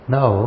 Now